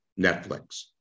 Netflix